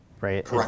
right